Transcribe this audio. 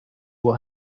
will